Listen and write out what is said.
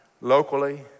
locally